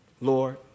Lord